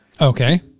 Okay